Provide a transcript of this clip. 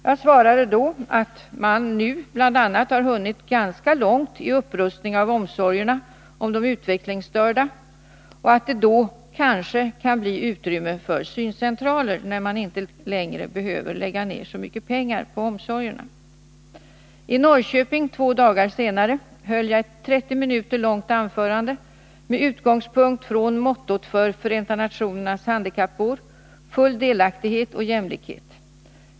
Jag svarade då, att man nu bl.a. har hunnit ganska långt i upprustningen av omsorgerna om de utvecklingsstörda och att det då kanske kan bli utrymme för syncentraler när man inte längre behöver lägga ned så mycket pengar på omsorgerna. I Norrköping två dagar senare höll jag ett 30 minuter långt anförande med utgångspunkt i mottot för Förenta nationernas handikappår: Full delaktighet och jämlikhet.